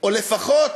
או לפחות